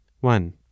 one